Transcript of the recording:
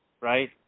right